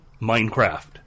Minecraft